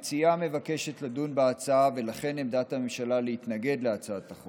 מוצע לקבוע כי בית המשפט יהיה רשאי להטיל בגין עבירת האינוס